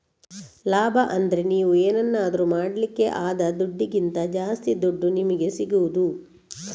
ಲಾಭ ಅಂದ್ರೆ ನೀವು ಏನನ್ನಾದ್ರೂ ಮಾಡ್ಲಿಕ್ಕೆ ಆದ ದುಡ್ಡಿಗಿಂತ ಜಾಸ್ತಿ ದುಡ್ಡು ನಿಮಿಗೆ ಸಿಗುದು